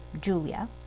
Julia